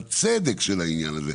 בצדק של הדבר הזה,